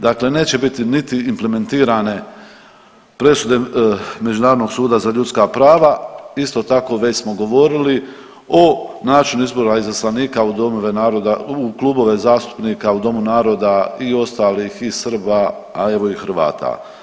Dakle, neće biti niti implementirane presude Međunarodnog suda za ljudska prava, isto tako, već smo govorili o načinu izbora izaslanika u domove naroda u klubove zastupnika, u Domu naroda i ostalih i Srba, a evo i Hrvata.